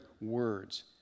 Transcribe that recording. words